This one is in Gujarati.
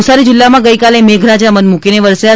નવસારી જિલ્લામાં ગઇકાલે મેઘરાજા મનમૂકીને વરસ્યા હતા